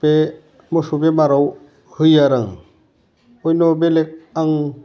बे मोसौ बेमाराव होयो आरो आं बेनि उनाव बेलेक आं